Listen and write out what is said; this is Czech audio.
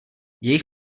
jejich